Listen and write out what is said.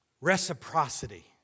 Reciprocity